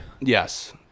Yes